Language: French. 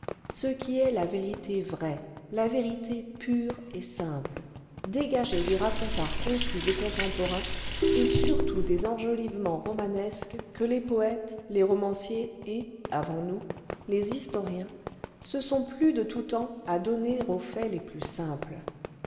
ce qui est la vérité vraie la vérité pure et simple dégagée des racontars confus des contemporains et surtout des enjolivant romanesques que les poètes les romanciers et avant nous les historiens se sont plu de tout temps à donner aux faits les plus simples